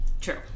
true